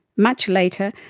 much later,